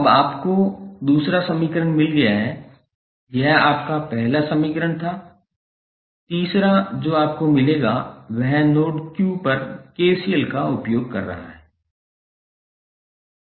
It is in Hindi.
अब आपको दूसरा समीकरण मिल गया है यह आपका पहला समीकरण था तीसरा जो आपको मिलेगा वह नोड Q पर KCL का उपयोग कर रहा है